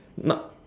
not